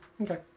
Okay